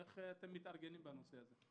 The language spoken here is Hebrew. איך אתם מתארגנים בנושא הזה?